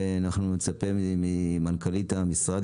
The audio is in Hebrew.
ואני מצפה ממנכ"לית המשרד,